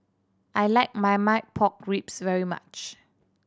I like Marmite Pork Ribs very much